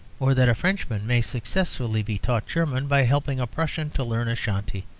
or that a frenchman may successfully be taught german by helping a prussian to learn ashanti.